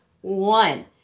one